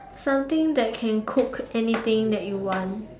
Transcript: something that can cook anything that you want